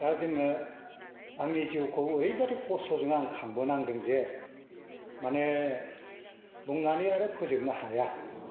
दा जोङो आंनि जिउखौ ओरैबायदि खस्थजों आं खांबोनांदों जे माने बुंनानै आरो फोजोबनो हाया